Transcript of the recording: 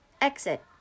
exit